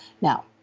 Now